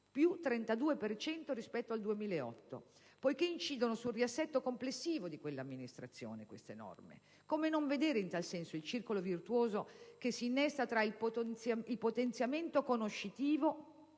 cento rispetto al 2008) poiché incidono sul riassetto complessivo di quell'Amministrazione. Come non vedere, in tal senso, il circolo virtuoso che si innesta tra il potenziamento "conoscitivo"